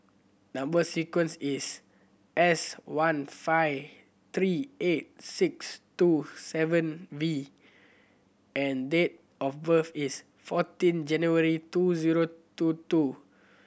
number sequence is S one five three eight six two seven V and date of birth is fourteen January two zero two two